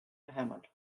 lähemal